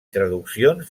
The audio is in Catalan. traduccions